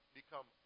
become